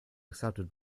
accepted